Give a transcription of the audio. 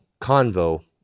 convo